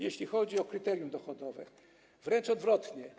Jeśli chodzi o kryterium dochodowe, wręcz odwrotnie.